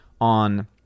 on